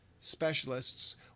specialists